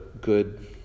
good